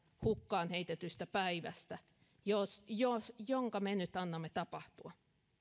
hukkaan heitetystä päivästä jonka me nyt annamme tapahtua